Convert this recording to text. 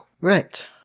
Right